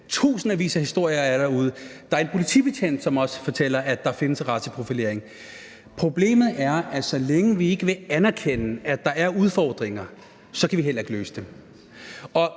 Tusindvis af historier er derude. Der er også en politibetjent, der fortæller, at der findes raceprofilering. Problemet er, at vi, så længe vi ikke vil anerkende, at der er udfordringer, heller ikke kan løse dem.